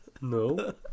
No